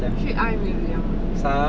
trick eye museum ah